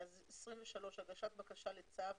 הגשת בקשה לצו